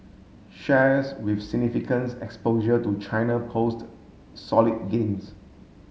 shares with significance exposure to China post solid gains